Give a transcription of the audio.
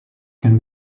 can